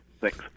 Thanks